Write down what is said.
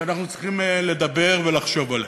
שאנחנו צריכים לדבר ולחשוב עליה.